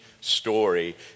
story